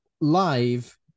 live